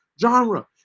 genre